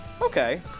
Okay